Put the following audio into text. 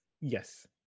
Yes